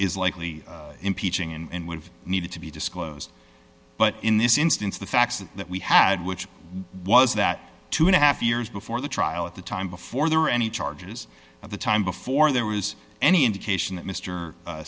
is likely impeaching and would need to be disclosed but in this instance the facts that we had which was that two and a half years before the trial at the time before there were any charges at the time before there was any indication that mr